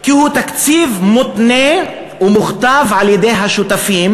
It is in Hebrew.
כי הוא תקציב מותנה ומוכתב על-ידי השותפים